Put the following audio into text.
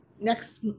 next